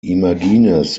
imagines